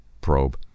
probe